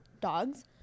dogs